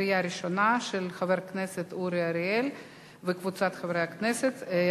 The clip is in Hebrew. עברה בקריאה ראשונה,